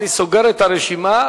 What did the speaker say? ואני סוגר את הרשימה.